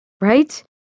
right